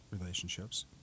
relationships